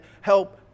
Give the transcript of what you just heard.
help